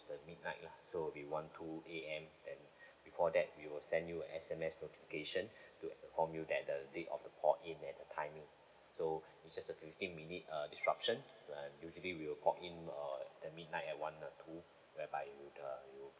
the midnight lah so will be one two A_M then before that we will send you a S_M_S notification to inform you that the date of the port in and the timing so it's just a fifteen minute err disruption uh usually we'll port in err at midnight at one or two whereby you the you